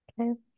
Okay